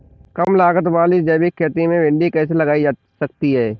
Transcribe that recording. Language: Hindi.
कम लागत वाली जैविक खेती में भिंडी कैसे लगाई जा सकती है?